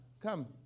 come